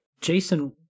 Jason